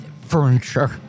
furniture